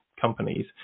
companies